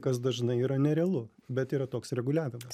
kas dažnai yra nerealu bet yra toks reguliavimas